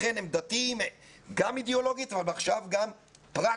לכן עמדתי היא גם אידיאולוגית אבל גם פרקטית.